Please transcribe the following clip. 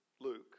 Luke